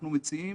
אנחנו מציעים